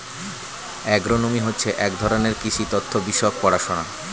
agronomy হচ্ছে এক ধরনের কৃষি তথ্য বিষয়ক পড়াশোনা